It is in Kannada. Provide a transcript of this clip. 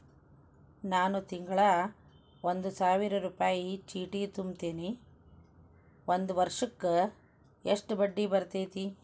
ನಾನು ತಿಂಗಳಾ ಒಂದು ಸಾವಿರ ರೂಪಾಯಿ ಚೇಟಿ ತುಂಬತೇನಿ ಒಂದ್ ವರ್ಷಕ್ ಎಷ್ಟ ಬಡ್ಡಿ ಬರತೈತಿ?